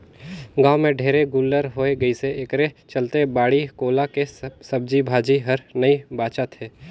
गाँव में ढेरे गोल्लर होय गइसे एखरे चलते बाड़ी कोला के सब्जी भाजी हर नइ बाचत हे